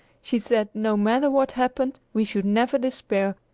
she said no matter what happened we should never despair,